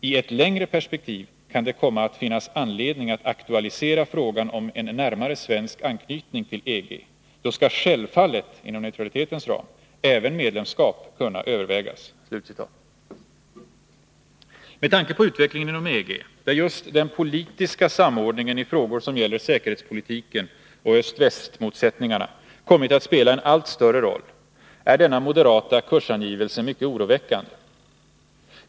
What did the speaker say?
I ett längre perspektiv kan det komma att finnas anledning att aktualisera frågan om en närmare svensk anknytning till EG. Då skall självfallet — inom neutralitetens ram — även medlemskap kunna övervägas.” Med tanke på utvecklingen inom EG — där just den politiska samordningen i frågor som gäller säkerhetspolitiken och öst-västmotsättningarna kommit att spela en allt större roll — är denna moderata kursangivelse mycket oroväckande.